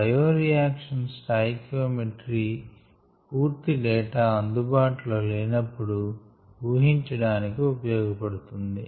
bio reaction stoichiometry పూర్తీ data అందుబాటులో లేనప్పుడు ఊహించడానికి ఉపయోగ పడుతుంది